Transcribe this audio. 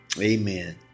Amen